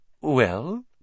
Well